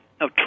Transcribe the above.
no